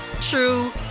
true